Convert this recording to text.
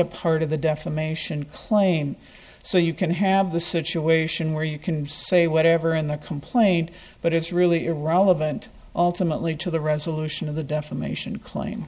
a part of the defamation claim so you can have the situation where you can say whatever in the complaint but it's really irrelevant ultimately to the resolution of the defamation claim